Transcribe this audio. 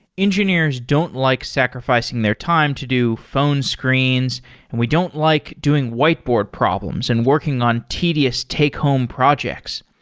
engineers don't like sacrificing their time to do phone screens and we don't like doing whiteboard problems and working on tedious take-home projects.